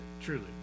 truly